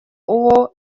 uwo